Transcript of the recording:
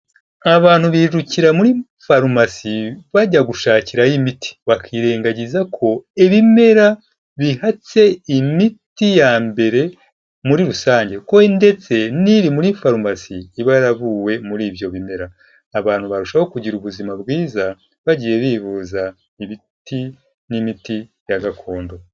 Abantu birukira muri farumasi bajya gushakirayo imiti, bakirengagiza ko ibimera bihatse imiti ya mbere muri rusange ko ndetse n'iri muri farumasi iba yaravuye muri ibyo bimera, abantu barushaho kugira ubuzima bwiza bagiye bivuza ibiti n'imiti ya gakondo.